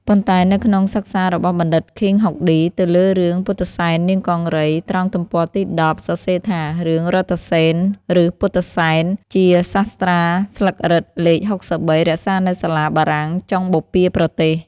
ប៉ុន្តែនៅក្នុងសិក្សារបស់បណ្ឌិតឃីង ហុកឌីទៅលើរឿងពុទ្ធិសែននាងកង្រីត្រង់ទំព័រទី១០ សរសេរថា រឿងរថសេន ឬពុទ្ធសែន ជាសាស្ត្រាស្លឹករឹតលេខ ៦៣ រក្សានៅសាលាបារាំងចុងបូព៌ាប្រទេស។